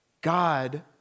God